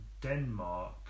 Denmark